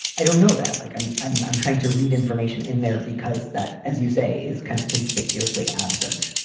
i don't know that like, i'm i'm i'm trying to read information in there because that, as you say, is kind of conspicuously absent.